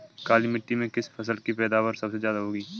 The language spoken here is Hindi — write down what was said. काली मिट्टी में किस फसल की पैदावार सबसे ज्यादा होगी?